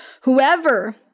Whoever